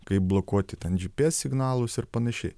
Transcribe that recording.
kaip blokuoti ten dži pi es signalus ir panašiai